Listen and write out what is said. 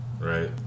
right